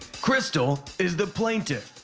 crystal is the plaintiff.